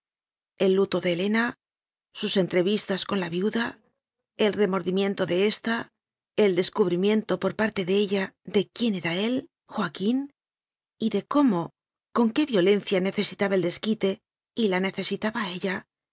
el luto de helena sus entrevistas con la viuda el remordimiento de ésta el descubrimiento por parte de ella de quién era él joaquín y de cómo con qué violencia necesitaba el des quite y la necesitaba a ella